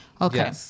Okay